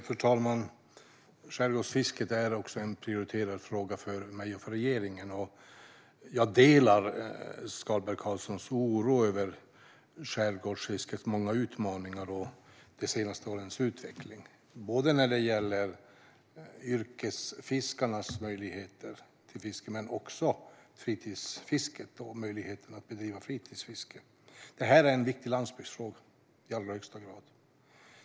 Fru talman! Skärgårdsfisket är en prioriterad fråga för mig och för regeringen. Jag delar Skalberg Karlssons oro över skärgårdsfiskets många utmaningar och de senaste årens utveckling, både när det gäller yrkesfiskarnas möjligheter till fiske och när det gäller möjligheterna att bedriva fritidsfiske. Detta är i allra högsta grad en viktig landsbygdsfråga.